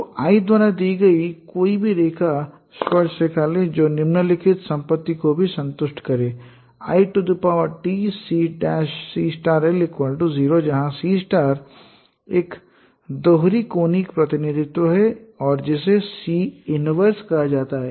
तो l द्वारा दी गई कोई भी रेखा स्पर्शरेखा लें जो निम्नलिखित संपत्ति को भी संतुष्ट करे lTCl 0 जहाँ C एक दोहरी कोनिक प्रतिनिधित्व है और जिसे C 1 कहा जाता है